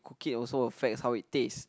cook it also affects how it taste